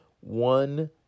one